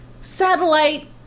satellite